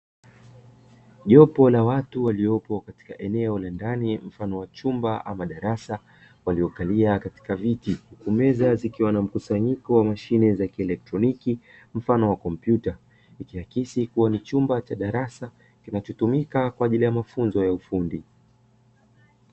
Jopo la watu waliopo katika eneo la ndani mfano wa chumba ama darasa waliokalia katika viti, meza zikiwa na mkusanyiko w amashine za kielektroniki mfano wa kompyuta, ikiakisi kuwa ni chumba cha darasa kinachotumika kwa ajili ya mafunzo ya ufundi.